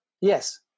Yes